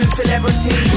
celebrity